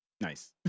nice